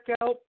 out